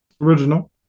Original